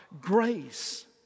grace